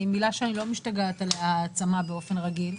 אני לא משתגעת על המילה "העצמה" באופן רגיל,